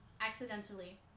accidentally